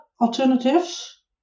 alternatives